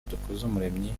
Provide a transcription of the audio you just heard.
dukuzumuremyi